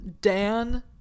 Dan